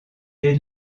est